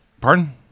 Pardon